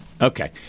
Okay